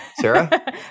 Sarah